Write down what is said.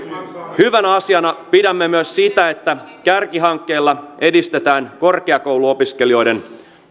hyvänä asiana pidämme myös sitä että kärkihankkeilla edistetään korkeakouluopiskelijoiden